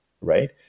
right